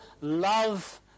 love